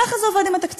ככה זה עובד עם התקציב.